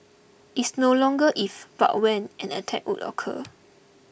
it's no longer if but when an attack would occur